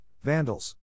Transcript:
vandals